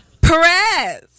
Perez